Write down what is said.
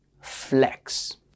flex